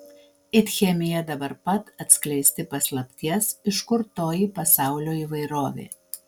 it chemija dabar pat atskleisti paslapties iš kur toji pasaulio įvairovė